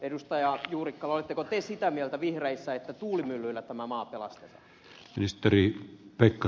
juurikkala oletteko te sitä mieltä vihreissä että tuulimyllyillä tämä maa pelastetaan